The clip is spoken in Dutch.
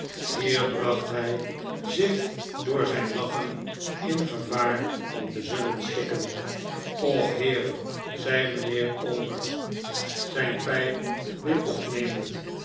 hier bracht hij zich door zijn lachen in gevaar van te zullen stikken och heere zei mijnheer omer zijn pijp weer opnemend